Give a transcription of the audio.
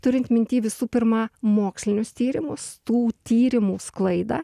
turint minty visų pirma mokslinius tyrimus tų tyrimų sklaidą